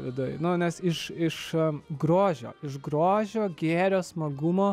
viduj nu nes iš iš grožio iš grožio gėrio smagumo